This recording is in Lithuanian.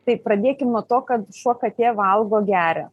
tai pradėkim nuo to kad šuo katė valgo geria